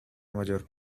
mayor